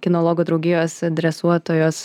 kinologų draugijos dresuotojos